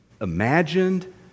imagined